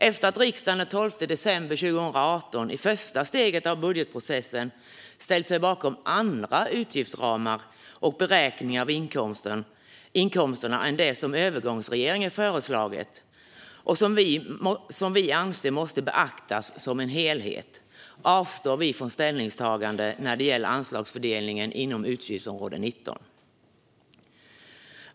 Efter att riksdagen den 12 december 2018 i första steget av budgetprocessen ställt sig bakom andra utgiftsramar och beräkningar av inkomsterna än dem som övergångsregeringen föreslagit och som vi anser måste beaktas som en helhet avstår vi från ställningstagande när det gäller anslagsfördelningen inom utgiftsområde 19.